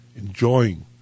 enjoying